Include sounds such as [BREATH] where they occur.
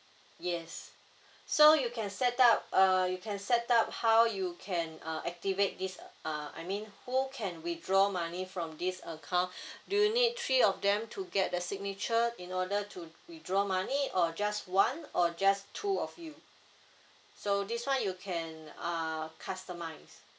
yes [BREATH] so you can set up uh you can set up how you can uh activate this uh I mean who can withdraw money from this account [BREATH] do you need three of them to get the signature in order to withdraw money or just one or just two of you [BREATH] so this one you can uh customise